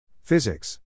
Physics